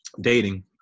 dating